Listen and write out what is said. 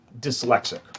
dyslexic